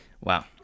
Wow